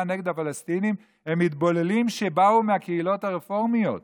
נגד הפלסטינים הם מתבוללים שבאו מהקהילות הרפורמיות